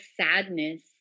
sadness